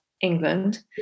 England